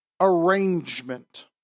arrangement